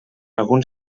alguns